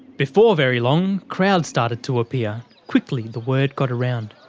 before very long, crowds started to appear. quickly the word got around.